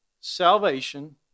salvation